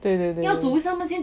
对 lor